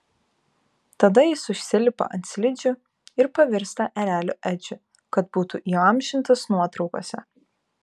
tada jis užsilipa ant slidžių ir pavirsta ereliu edžiu kad būtų įamžintas nuotraukose